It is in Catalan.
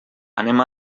anem